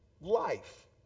life